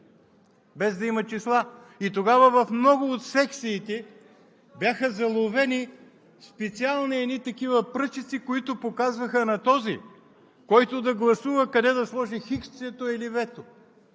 без да има числа. Тогава в много от секциите бяха заловени специални пръчици, които показваха на този, който да гласува, къде да сложи хиксчето или вето.